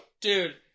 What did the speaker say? Dude